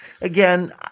again